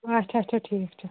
اَچھا اَچھا ٹھیٖک چھُ